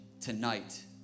tonight